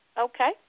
Okay